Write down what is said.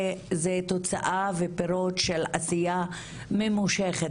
זה תוצאה ופירות של עשייה ממושכת,